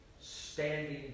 standing